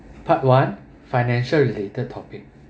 part one financial related topic